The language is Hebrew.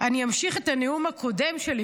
אני אמשיך את הנאום הקודם שלי,